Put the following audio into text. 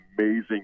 amazing